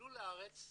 עלו לארץ,